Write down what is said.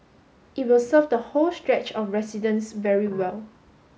it will serve the whole stretch of residents very well